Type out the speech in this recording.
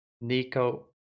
Nico